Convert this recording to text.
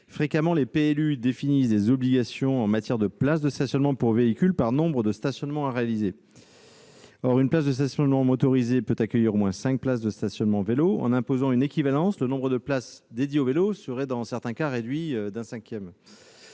fréquemment, les PLU définissent les obligations en matière de places de stationnement pour les véhicules par nombre d'emplacements à réaliser. Or une place de stationnement pour les véhicules motorisés peut accueillir au moins cinq places de stationnement pour les vélos. En imposant une équivalence, le nombre de places dédiées aux vélos serait dans certains cas divisé par cinq.